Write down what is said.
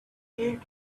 gave